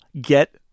get